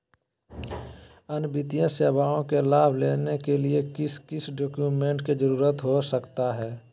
अन्य वित्तीय सेवाओं के लाभ लेने के लिए किस किस डॉक्यूमेंट का जरूरत हो सकता है?